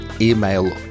email